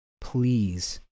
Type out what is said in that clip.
please